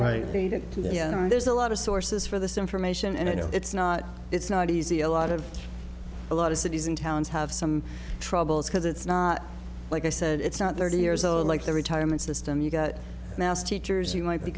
are there's a lot of sources for this information and i know it's not it's not easy a lot of a lot of cities and towns have some troubles because it's not like i said it's not thirty years old like the retirement system you got mass teachers you might be